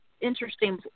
interesting